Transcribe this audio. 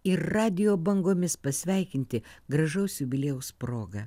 ir radijo bangomis pasveikinti gražaus jubiliejaus proga